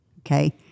okay